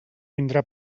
vindrà